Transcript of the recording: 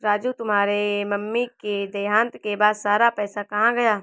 राजू तुम्हारे मम्मी के देहांत के बाद सारा पैसा कहां गया?